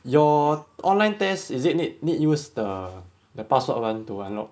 your online test is it need need use the the password one to unlock